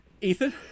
Ethan